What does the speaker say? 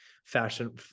fashion